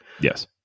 Yes